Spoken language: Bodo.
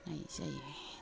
होनाय जायो